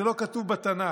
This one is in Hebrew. זה לא כתוב בתנ"ך,